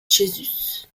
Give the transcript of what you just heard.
jesus